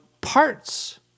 parts